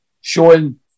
showing